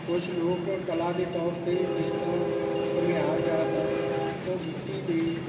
ਕੁਛ ਲੋਕ ਕਲਾ ਦੇ ਤੌਰ 'ਤੇ ਜਿਸ ਤਰ੍ਹਾਂ ਘੁਮਿਆਰ ਜਾਤ ਹੈ ਉਹ ਮਿੱਟੀ ਦੇ